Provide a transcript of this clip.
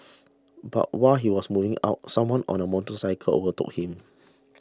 but while he was moving out someone on a motorcycle overtook him